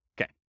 Okay